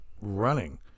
running